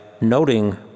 noting